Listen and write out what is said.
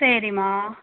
சரிம்மா